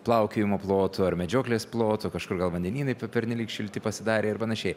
plaukiojimo plotų ar medžioklės plotų kažkur gal vandenynai pernelyg šilti pasidarė ir panašiai